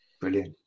Brilliant